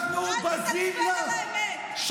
אנחנו בזים לך,